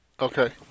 Okay